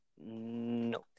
No